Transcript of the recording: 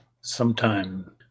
sometime